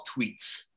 tweets